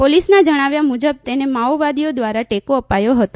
પોલીસના જણાવ્યા મુજબ તેને માઓવાદીઓ દ્વારા ટેકો અપાયો હતો